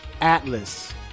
Atlas